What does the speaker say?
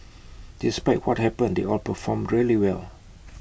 despite what happened they all performed really well